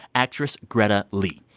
actress greta lee.